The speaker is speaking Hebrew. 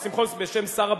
השר שמחון, בשם שר הביטחון.